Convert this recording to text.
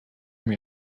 from